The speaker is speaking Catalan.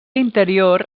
interior